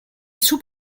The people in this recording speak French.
sous